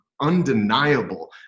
undeniable